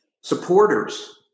supporters